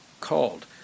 called